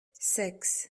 six